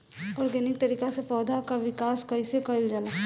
Organic तरीका से पौधा क विकास कइसे कईल जाला?